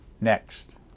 next